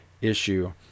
issue